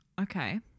okay